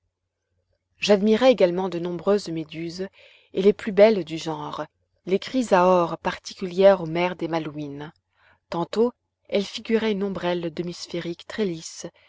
j'admirai également de nombreuses méduses et les plus belles du genre les chrysaores particulières aux mers des malouines tantôt elles figuraient une ombrelle demi sphérique très lisse